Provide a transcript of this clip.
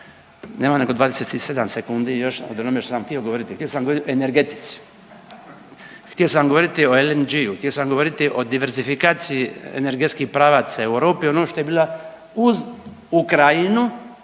Nema nakon 27 sekundi još od onome što sam htio govoriti. Htio sam govoriti o energetici, htio sam govoriti o LNG-u, htio sam govoriti o diversifikaciji energetski pravaca u Europi, ono što je bila uz Ukrajinu